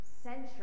century